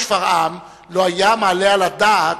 לא היה מעלה על הדעת,